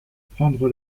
prendre